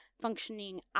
functioning